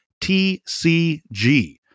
tcg